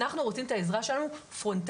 אנחנו רוצים את העזרה שלנו פרונטלית,